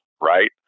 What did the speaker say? right